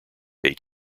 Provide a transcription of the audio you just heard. eight